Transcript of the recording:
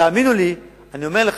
תאמינו לי, אני אומר לך,